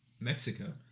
Mexico